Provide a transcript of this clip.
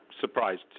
surprised